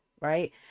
right